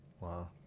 Wow